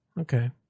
Okay